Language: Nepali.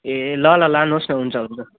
ए ल ल लानुहोस् न हुन्छ हुन्छ